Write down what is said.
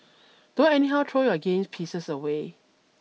don't anyhow throw your game pieces away